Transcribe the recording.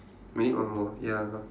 we need one more ya